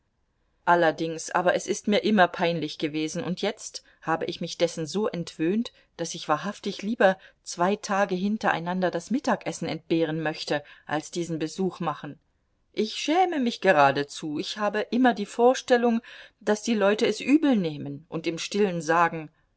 allerdings aber es ist mir immer peinlich gewesen und jetzt habe ich mich dessen so entwöhnt daß ich wahrhaftig lieber zwei tage hintereinander das mittagessen entbehren möchte als diesen besuch machen ich schäme mich geradezu ich habe immer die vorstellung daß die leute es übelnehmen und im stillen sagen